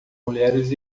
mulheres